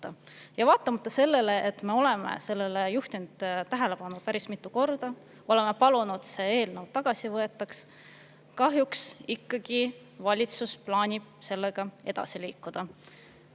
Aga vaatamata sellele, et me oleme sellele juhtinud tähelepanu päris mitu korda ja oleme palunud, et see eelnõu tagasi võetaks, kahjuks ikkagi valitsus plaanib sellega edasi liikuda.